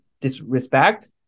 disrespect